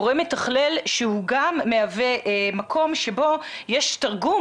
גורם מתכלל שהוא גם מהווה מקום שבו יש תרגום